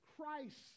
Christ